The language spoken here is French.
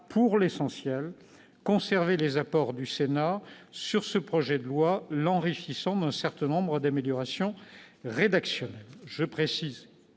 pour l'essentiel, conservé les apports du Sénat sur ce projet de loi, l'enrichissant d'un certain nombre d'améliorations rédactionnelles.